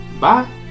Bye